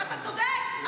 אתה צודק,